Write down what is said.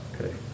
okay